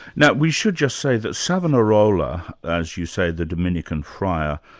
now we should just say that savonarola, as you say the dominican friar,